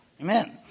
Amen